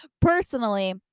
Personally